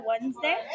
Wednesday